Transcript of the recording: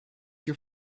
your